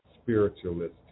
spiritualist